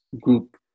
group